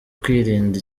kwirinda